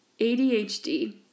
ADHD